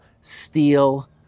steal